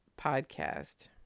podcast